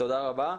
תודה רבה.